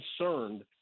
concerned